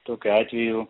tokiu atveju